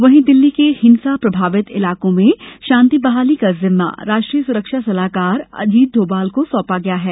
वहीं दिल्ली के हिंसा प्रभावित इलाकों में शांति बहाली का जिम्मा राष्ट्रीय सुरक्षा सलाहकार अजीत डोभाल को सौंपा गया है